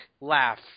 Laugh